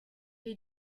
est